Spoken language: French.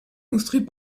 construit